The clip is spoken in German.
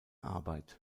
arbeit